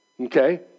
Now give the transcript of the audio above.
okay